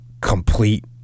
complete